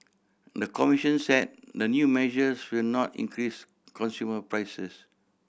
the commission said the new measures will not increase consumer prices